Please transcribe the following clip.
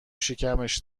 شکمش